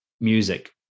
music